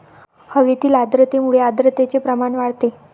हवेतील आर्द्रतेमुळे आर्द्रतेचे प्रमाण वाढते